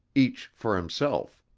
each for himself.